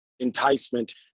Enticement